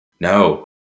No